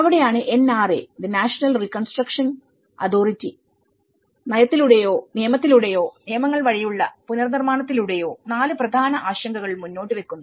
അവിടെയാണ് NRA the national reconstruction അതോറിറ്റിനയത്തിലൂടെയോ നിയമത്തിലൂടെയോ നിയമങ്ങൾ വഴിയുള്ള പുനർനിർമ്മാണത്തിലൂടെയോ 4 പ്രധാന ആശങ്കകൾ മുമ്പോട്ട് വെക്കുന്നു